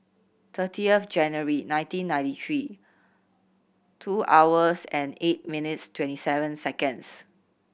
thirtieth January nineteen ninety three two hours and eight minutes twenty seven seconds